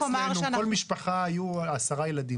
במושב אצלנו כל משפחה היו עשרה ילדים,